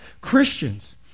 Christians